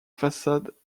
façades